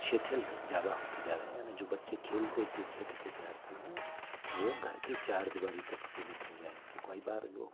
शिथिल जादा होते जा रहे हैं यानी जो बच्चे खेलते कूदते रहते थे हर समय वो घर की चार दिवारी तक सीमित हो गए हैं तो कई बार जो